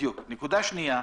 נקודה שנייה,